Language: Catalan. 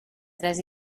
tres